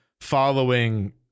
following